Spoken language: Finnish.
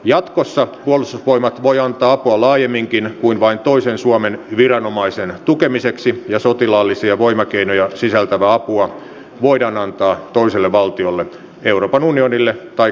jatkossa puolustusvoimat voi antaa apua laajemminkin kuin vain toisen suomen viranomaisen tukemiseksi ja sotilaallisia voimakeinoja sisältävää apua voidaan antaa toiselle valtiolle euroopan unionille tai kansainväliselle järjestölle